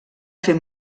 fer